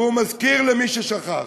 והוא מזכיר, למי ששכח,